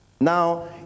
Now